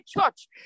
church